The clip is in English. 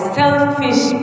selfish